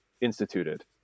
instituted